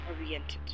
oriented